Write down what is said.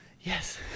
Yes